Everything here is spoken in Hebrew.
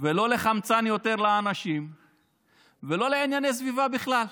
ולא ליותר חמצן לאנשים ולא לענייני סביבה בכלל.